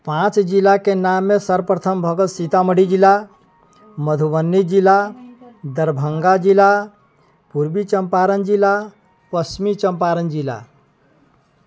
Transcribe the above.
पाँच जिलाके नाममे सर्वप्रथम भए गेल सीतामढ़ी जिला मधुबनी जिला दरभङ्गा जिला पूर्वी चंपारण जिला पश्चिमी चंपारण जिला